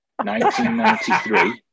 1993